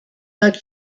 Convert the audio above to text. like